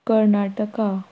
Karnataka